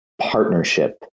partnership